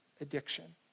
addiction